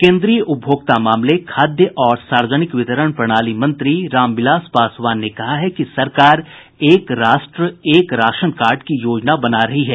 केंद्रीय उपभोक्ता मामले खाद्य और सार्वजनिक वितरण प्रणाली मंत्री रामविलास पासवान ने कहा है कि सरकार एक राष्ट्र एक राशन कार्ड की योजना बना रही है